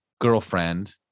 girlfriend